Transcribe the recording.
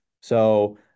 So-